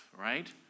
right